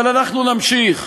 אבל אנחנו נמשיך.